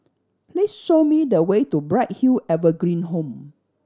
please show me the way to Bright Hill Evergreen Home